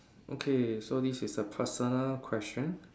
okay so this is a personal question